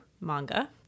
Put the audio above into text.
manga